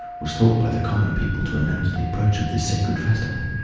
was thought by the common people to announce the approach of this sacred festival